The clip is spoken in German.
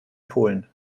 polen